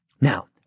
Now